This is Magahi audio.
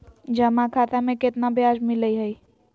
जमा खाता में केतना ब्याज मिलई हई?